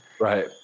Right